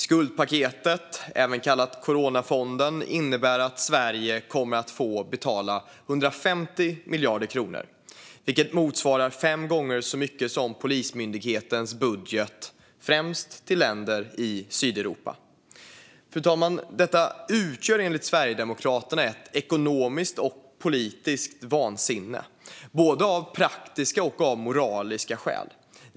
Skuldpaketet, även kallat coronafonden, innebär att Sverige kommer att få betala 150 miljarder kronor, vilket motsvarar fem gånger så mycket som Polismyndighetens budget, främst till länder i Sydeuropa. Fru talman! Detta utgör enligt Sverigedemokraterna ett ekonomiskt och politiskt vansinne, både av praktiska och av moraliska skäl.